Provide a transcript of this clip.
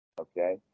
Okay